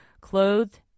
clothed